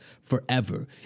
forever